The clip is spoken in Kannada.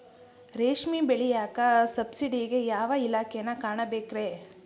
ರೇಷ್ಮಿ ಬೆಳಿಯಾಕ ಸಬ್ಸಿಡಿಗೆ ಯಾವ ಇಲಾಖೆನ ಕಾಣಬೇಕ್ರೇ?